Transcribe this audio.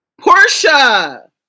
Portia